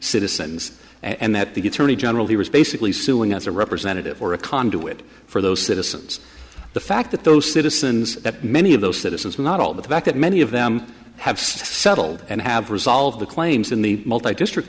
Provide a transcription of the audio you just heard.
citizens and that the attorney general here is basically suing as a representative or a conduit for those citizens the fact that those citizens that many of those citizens not all the fact that many of them have settled and have resolved the claims in the district